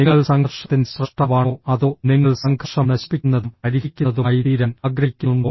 നിങ്ങൾ സംഘർഷത്തിന്റെ സ്രഷ്ടാവാണോ അതോ നിങ്ങൾ സംഘർഷം നശിപ്പിക്കുന്നതും പരിഹരിക്കുന്നതുമായിത്തീരാൻ ആഗ്രഹിക്കുന്നുണ്ടോ